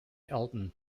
elton